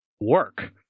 work